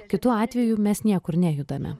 kitu atveju mes niekur nejudame